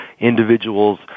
individuals